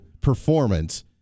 performance